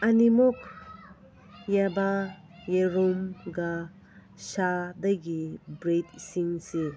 ꯑꯅꯤꯃꯛ ꯌꯦꯟꯕ ꯌꯦꯔꯨꯝꯒ ꯁꯥꯗꯒꯤ ꯕ꯭ꯔꯤꯠꯁꯤꯡꯁꯤ